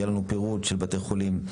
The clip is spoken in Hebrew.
יהיה לנו פירוט של בתי חולים,